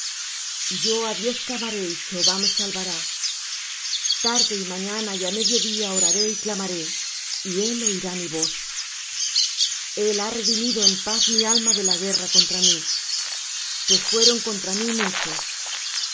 yo á dios clamaré y jehová me salvará tarde y mañana y á medio día oraré y clamaré y él oirá mi voz el ha redimido en paz mi alma de la guerra contra mí pues fueron contra mí muchos